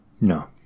No